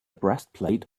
breastplate